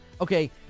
Okay